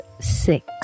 six